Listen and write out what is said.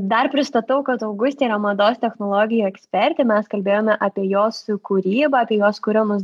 dar pristatau kad augustė yra mados technologijų ekspertė mes kalbėjome apie jos kūrybą apie jos kuriamus